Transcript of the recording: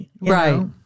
Right